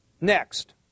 Next